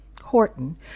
Horton